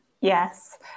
yes